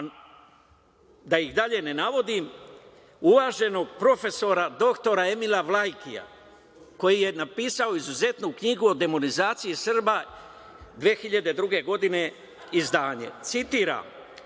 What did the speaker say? da ih dalje ne navodim, uvaženog profesora dr Emila Vlajkija, koji je napisao izuzetnu knjigu o demonizaciji Srba 2002. godine: "Jedan deo